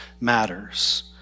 matters